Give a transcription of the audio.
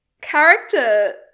character